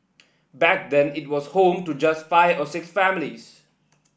back then it was home to just five or six families